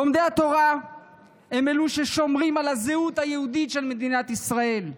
לומדי התורה הם ששומרים על הזהות היהודית של מדינת ישראל.